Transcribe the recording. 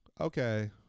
okay